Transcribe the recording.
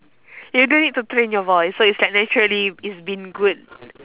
you don't need to train your voice so it's like naturally it's been good